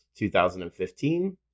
2015